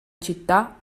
città